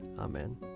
Amen